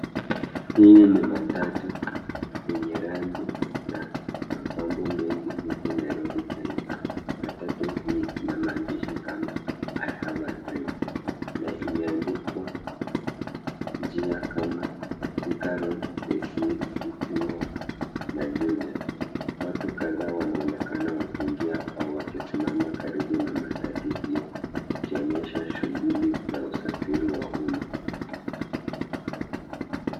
Huu ni matatu yenye rangi na mapambo mengi huku Nairobi, Kenya. Matatu hii ina maandishi kama I have a dream na imeandikwa njia kama Thika Road, KCA, City walk na Juja. Watu kadhaa wanaonekana wakiingia au wakisimama karibu na matatu hiyo, ikionesha shuguli za usafiri wa umma.